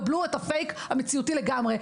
קבלו את ה- ׳Fake׳ המציאותי לגמרי.